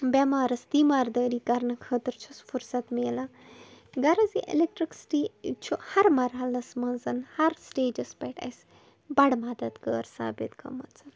بٮ۪مارَس تیٖمار دٲری کَرنہٕ خٲطر چھُس فرست میلان غرض یہِ اٮ۪لکٹٕرٛکسِٹی چھُ ہر مرحَلَس منٛزَن ہر سِٹیجَس پٮ۪ٹھ اَسہِ بَڑٕ مَدت گٲر سابت گٔمٕژ